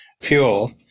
fuel